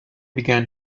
began